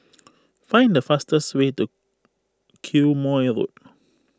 find the fastest way to Quemoy Road